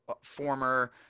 former